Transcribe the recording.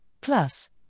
plus